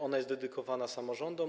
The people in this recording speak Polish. Ona jest dedykowana samorządom.